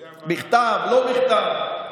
בכתב, לא בכתב.